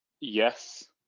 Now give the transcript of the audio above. yes